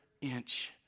inch